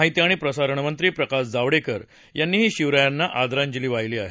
माहिती आणि प्रसारणमंत्री प्रकाश जावडेकर यांनीही शिवरायांना आदरांजली वाहिली आहे